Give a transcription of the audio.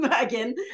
again